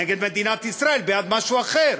נגד מדינת ישראל, בעד משהו אחר.